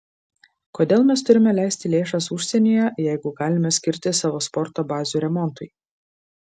kodėl mes turime leisti lėšas užsienyje jeigu galime skirti savo sporto bazių remontui